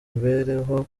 imibereho